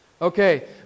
Okay